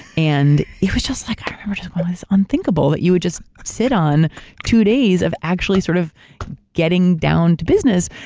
and it just like, i remember, it was unthinkable that you would just sit on two days of actually sort of getting down to business,